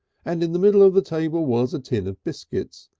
and in the middle of the table was a tin of biscuits,